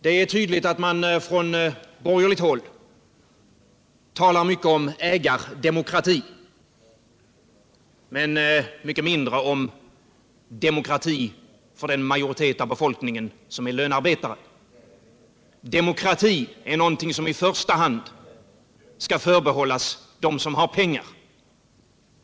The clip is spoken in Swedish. Det är uppenbart att man från borgerligt håll talar mycket om ägardemokrati men mindre om demokrati för den majoritet av befolkningen som är lönearbetare. Demokrati är någonting som i första hand skall förbehållas dem som har pengar.